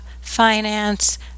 finance